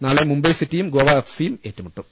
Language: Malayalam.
നാളെ മുംബൈ സിറ്റിയും ഗോവ എഫ് സിയും ഏറ്റുമു ട്ടും